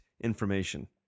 information